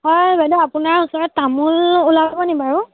হয় বাইদেউ আপোনাৰ ওচৰত তামোল ওলাব নি বাৰু